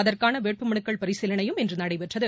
அதற்கான வேட்புமனுக்கள் பரிசீலனையும் இன்று நடைபெற்றது